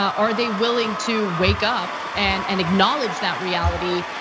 ah are they willing to wake up, and and acknowledge that reality,